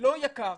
לא יקר.